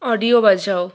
audio বাজাও